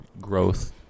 growth